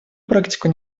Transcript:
практику